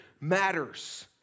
matters